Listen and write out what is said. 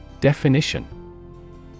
Definition